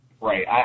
Right